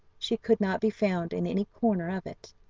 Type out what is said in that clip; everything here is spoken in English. she could not be found in any corner of it.